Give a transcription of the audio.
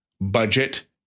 budget